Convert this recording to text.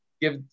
give